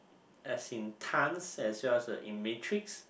as in tonnes as well as in metrics